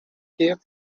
gave